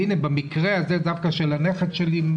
והנה במקרה הזה דווקא של הנכד שלי,